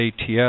ATS